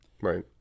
Right